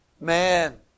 man